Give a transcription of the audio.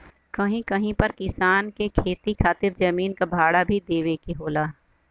कहीं कहीं पर किसान के खेती खातिर जमीन क भाड़ा भी देवे के होला